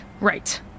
Right